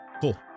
cool